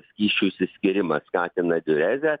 skysčių išsiskyrimą skatina diurezę